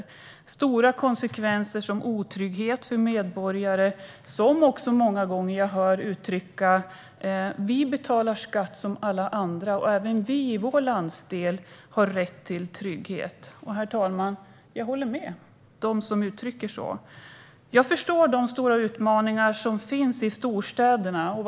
Det innebär stora konsekvenser i form av otrygghet för medborgare, som jag många gånger hör uttrycka att de betalar skatt som alla andra och även de i den landsdelen har rätt till trygghet. Herr talman! Jag håller med dem som uttrycker detta. Jag förstår de stora utmaningar som finns i storstäderna.